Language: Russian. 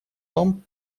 том